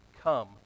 Come